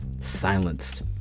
silenced